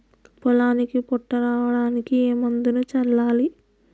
పొలానికి పొట్ట రావడానికి ఏ మందును చల్లాలి?